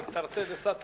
זה תרתי דסתרי.